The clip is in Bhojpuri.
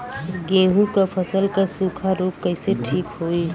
गेहूँक फसल क सूखा ऱोग कईसे ठीक होई?